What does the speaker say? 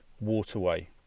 waterway